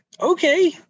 okay